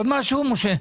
עוד משהו, משה?